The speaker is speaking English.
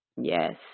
Yes